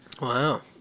Wow